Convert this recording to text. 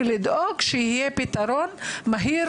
לדאוג שיהיה פתרון מהיר